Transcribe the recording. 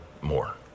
more